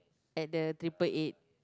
at the triple eight